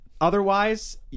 otherwise